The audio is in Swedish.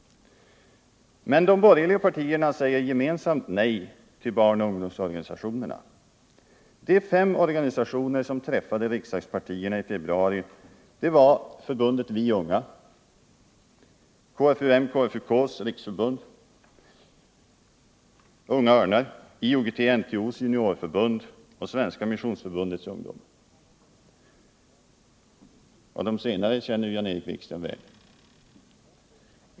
Men de borgerliga partierna säger gemensamt nej till barnoch ungdomsorganisationerna. De fem organisationer som träffade partierna i februari var Förbundet Vi Unga, KFUK/KFUM:s riksförbund, Unga Örnar, IOGT NTO:s juniorförbund och Svenska Missionsförbundets ungdom — det senare känner Jan-Erik Wikström väl.